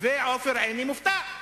ועופר עיני מופתע.